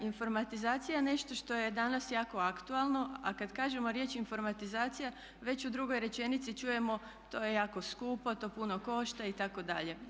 Informatizacija je nešto što je danas jako aktualno a kada kažemo riječ informatizacija već u drugoj rečenici čujemo, to je jako skupo, to puno košta itd.